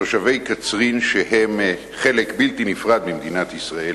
תושבי קצרין, שהם חלק בלתי נפרד ממדינת ישראל,